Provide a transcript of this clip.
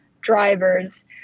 drivers